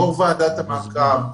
יו"ר ועדת המעקב,